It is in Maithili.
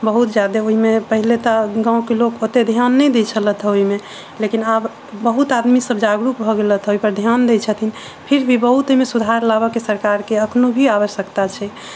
बहुत जादे ओहिमे पहले तऽ गाँव के लोक ओते ध्यान नहि दै छलैथ ओहिमे लेकिन आब बहुत आदमी सब जागरूक भऽ गेलैथ ओहि पर ध्यान दै छथिन फिर भी बहुत ओहिमे सुधार लाबऽ के सरकार के अखनो भी आवश्यकता छै